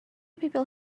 people